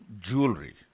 Jewelry